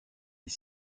est